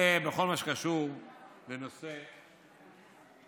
זה בכל מה שקשור לנושא הדיור.